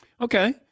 Okay